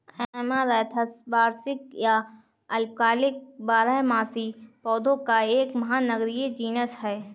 amaranthus वार्षिक या अल्पकालिक बारहमासी पौधों का एक महानगरीय जीनस है